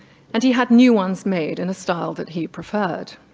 and he had new ones made in a style that he preferred.